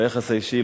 ביחס האישי.